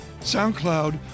SoundCloud